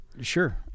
Sure